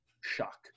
shock